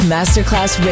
Masterclass